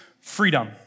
freedom